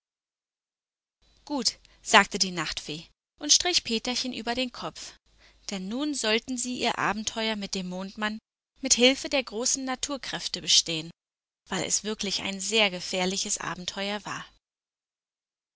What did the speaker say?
gut sagte die nachtfee und strich peterchen über den kopf denn nun sollten sie ihr abenteuer mit dem mondmann mit hilfe der großen naturkräfte bestehen weil es wirklich ein sehr gefährliches abenteuer war